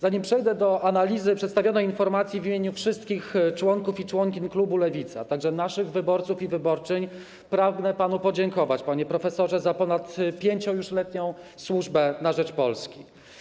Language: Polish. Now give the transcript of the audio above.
Zanim przejdę do analizy przedstawionej informacji, w imieniu wszystkich członków i członkiń klubu Lewica, a także naszych wyborców i wyborczyń, pragnę panu podziękować, panie profesorze, za już ponad 5-letnią służbę na rzecz Polski.